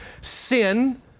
sin